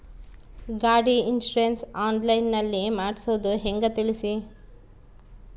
ಗಾಡಿ insurance online ನಲ್ಲಿ ಮಾಡ್ಸೋದು ಹೆಂಗ ತಿಳಿಸಿ?